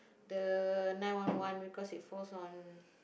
the nine one one record is falls on